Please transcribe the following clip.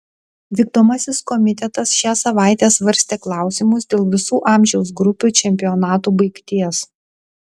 vykdomasis komitetas šią savaitę svarstė klausimus dėl visų amžiaus grupių čempionatų baigties